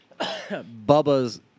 Bubba's